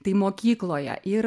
tai mokykloje ir